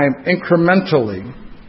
incrementally